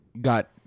got